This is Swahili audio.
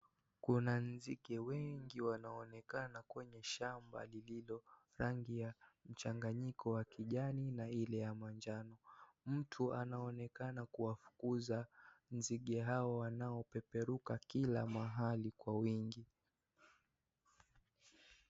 Kuna nzige wengi wanaonekana kwenye shamba lililo rangi ya mchanganyiko wa kijani na ile ya majano. Mtu anaonekana kuwafukuza Nzige hawa wanaopeperuka kila mahali kwa wingi.